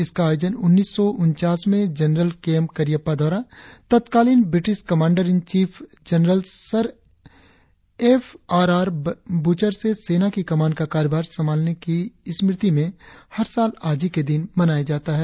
इसका आयोजन उन्नीस सौ उनचास में जनरल के एम करिअप्पा द्वारा तत्कालीन British commander in chief general sir F R are बचर से सेना की कमान का कार्यभार संभालने की स्मृति में हर साल आज ही के दिन किया जाता है